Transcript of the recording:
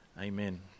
Amen